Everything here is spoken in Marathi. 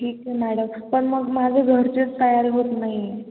ठीक आहे मॅडम पण मग माझं घरचेच तयार होत नाही